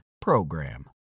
PROGRAM